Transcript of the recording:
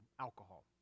alcohol